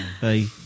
hey